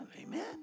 Amen